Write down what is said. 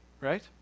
right